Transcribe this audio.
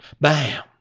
Bam